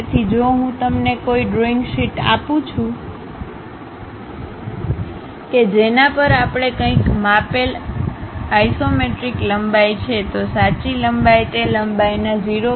તેથી જો હું તમને કોઈ ડ્રોઇંગ શીટ આપું છું કે જેના પર આપણે કંઇક માપેલ ઇસોમેટ્રિક લંબાઈ છે તો સાચી લંબાઈ તે લંબાઈના 0